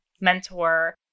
mentor